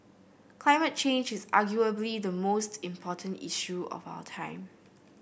climate change is arguably the most important issue of our time